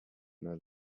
know